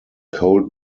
cold